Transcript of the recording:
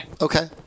Okay